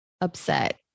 upset